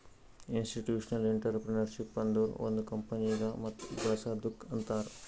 institutional entrepreneurship ಅಂದುರ್ ಒಂದ್ ಕಂಪನಿಗ ಮತ್ ಬೇಳಸದ್ದುಕ್ ಅಂತಾರ್